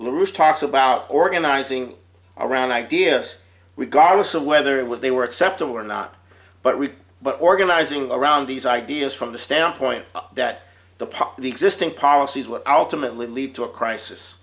lewis talks about organizing around ideas regardless of whether it would they were acceptable or not but read but organizing around these ideas from the standpoint that the pop the existing policies what ultimately lead to a crisis